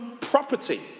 property